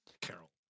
Carol